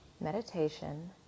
Meditation